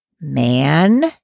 man